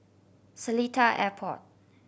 Seletar Airport